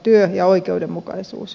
työ ja oikeudenmukaisuus